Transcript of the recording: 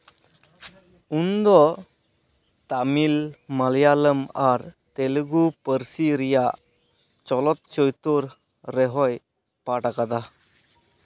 ᱩᱱ ᱫᱚ ᱛᱟᱹᱢᱤᱞ ᱢᱟᱞᱚᱭᱟᱞᱚᱢ ᱟᱨ ᱛᱮᱞᱮᱜᱩ ᱯᱟᱹᱨᱥᱤ ᱨᱮᱭᱟᱜ ᱪᱚᱞᱚᱛᱪᱤᱛᱟᱹᱨ ᱨᱮᱦᱚᱸᱭ ᱯᱟᱴᱷ ᱟᱠᱟᱫᱟ